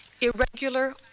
irregular